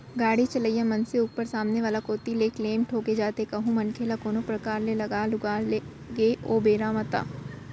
गाड़ी चलइया मनसे ऊपर सामने वाला कोती ले क्लेम ठोंके जाथे कहूं मनखे ल कोनो परकार ले लग लुगा गे ओ बेरा म ता